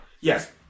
Yes